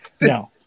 No